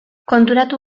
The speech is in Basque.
konturatu